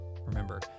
Remember